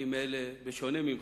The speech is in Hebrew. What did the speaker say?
בשונה ממך,